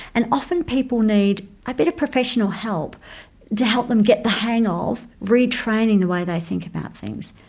and often people need a bit of professional help to help them get the hang of retraining the way they think about things.